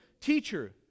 teacher